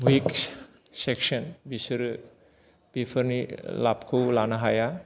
week section बिसोरो बिफोरनि लाबखौ लानो हाया